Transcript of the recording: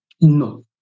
no